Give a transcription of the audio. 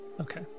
Okay